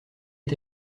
est